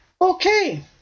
Okay